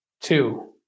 Two